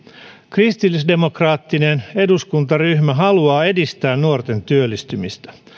kristillisdemokraattinen eduskuntaryhmä haluaa edistää nuorten työllistymistä